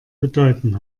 bedeuten